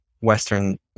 Western